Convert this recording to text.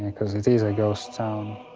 cause it is a ghost town.